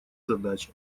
задача